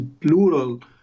plural